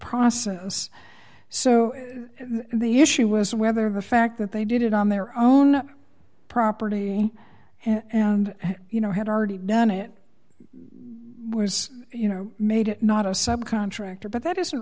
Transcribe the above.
process so the issue was whether the fact that they did it on their own property and you know had already done it was you know made it not a subcontractor but that isn't